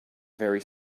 very